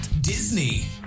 Disney